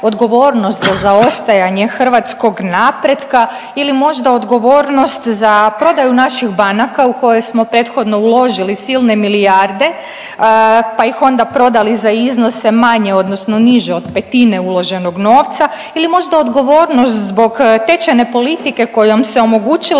odgovornost za zaostajanje hrvatskog napretka ili možda odgovornost za prodaju naših banaka u koje smo prethodno uložili silne milijarde pa ih onda prodali za iznose manje odnosno niže od petine uloženog novca ili možda odgovornost zbog tečajne politike kojom se omogućilo